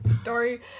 story